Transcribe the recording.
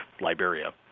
Liberia